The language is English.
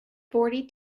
forty